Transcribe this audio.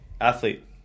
Athlete